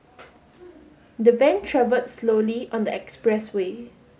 the van travelled slowly on the expressway